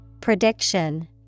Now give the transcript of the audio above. Prediction